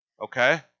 Okay